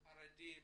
לחרדים,